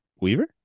Weaver